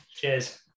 Cheers